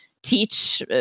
Teach